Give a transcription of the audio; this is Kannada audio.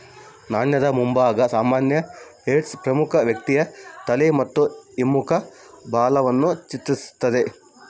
ನಾಣ್ಯದ ಮುಂಭಾಗ ಸಾಮಾನ್ಯ ಹೆಡ್ಸ್ ಪ್ರಮುಖ ವ್ಯಕ್ತಿಯ ತಲೆ ಮತ್ತು ಹಿಮ್ಮುಖ ಬಾಲವನ್ನು ಚಿತ್ರಿಸ್ತತೆ